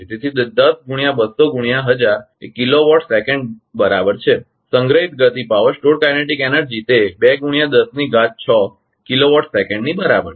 તેથી તે 10 ગુણ્યા 200 ગુણ્યા 1000 એ કિલોવોટ સેકન્ડ બરાબર છે સંગ્રહિત ગતિપાવર તે 2 ગુણ્યા 10 ની ઘાત 6 કિલોવોટ સેકન્ડ ની બરાબર છે